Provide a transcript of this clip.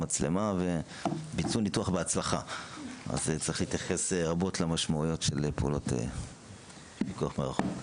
צריך להתייחס רבות למשמעויות של פיקוח מרחוק.